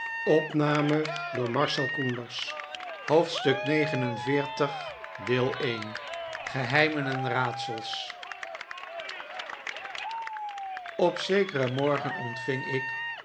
geheimen en raadsels op zekeren morgen ontving ik